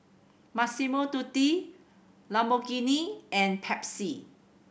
Massimo Dutti Lamborghini and Pepsi